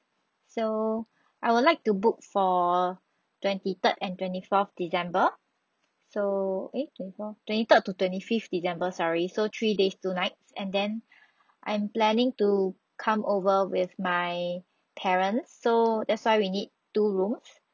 so I would like to book for twenty third and twenty fourth december so eh twenty fourth twenty third to twenty fifth december sorry so three days two nights and then I'm planning to come over with my parents so that's why we need two rooms